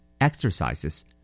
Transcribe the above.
Exercises